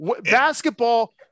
basketball